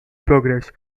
progress